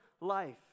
life